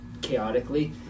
chaotically